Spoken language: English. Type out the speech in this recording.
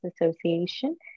Association